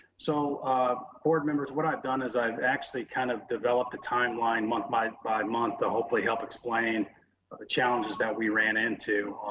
so board members, what i've done is i've actually kind of developed a timeline month by month to hopefully help explain the challenges that we ran into.